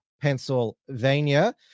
Pennsylvania